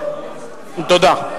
אתה תצביע,